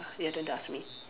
your turn to ask me